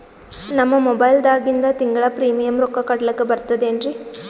ನಮ್ಮ ಮೊಬೈಲದಾಗಿಂದ ತಿಂಗಳ ಪ್ರೀಮಿಯಂ ರೊಕ್ಕ ಕಟ್ಲಕ್ಕ ಬರ್ತದೇನ್ರಿ?